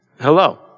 Hello